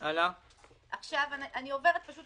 אנחנו מעדיפים